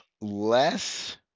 less